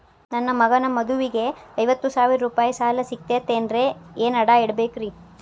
ನನ್ನ ಮಗನ ಮದುವಿಗೆ ಐವತ್ತು ಸಾವಿರ ರೂಪಾಯಿ ಸಾಲ ಸಿಗತೈತೇನ್ರೇ ಏನ್ ಅಡ ಇಡಬೇಕ್ರಿ?